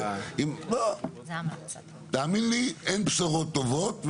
אין בשורות טובות,